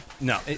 No